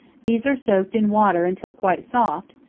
these are soaked in water until quite soft,